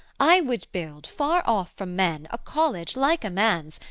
i would build far off from men a college like a man's,